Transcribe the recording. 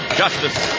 justice